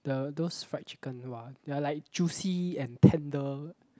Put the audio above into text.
the those fried chicken !wah! they are like juicy and tender